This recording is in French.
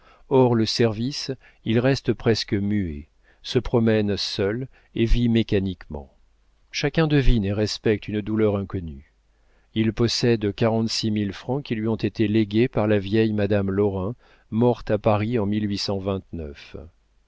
hors le service il reste presque muet se promène seul et vit mécaniquement chacun devine et respecte une douleur inconnue il possède quarante-six mille francs qui lui ont été légués par la vieille madame lorrain morte à paris en